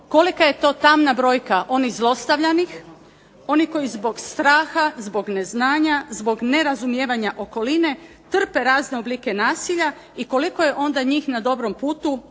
kolika je to tamna brojka onih zlostavljanih, onih koji zbog straha, zbog neznanja, zbog nerazumijevanja okoline, trpe razne oblike nasilja i koliko je njih na dobrom putu